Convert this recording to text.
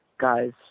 guys